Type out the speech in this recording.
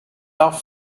tough